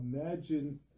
imagine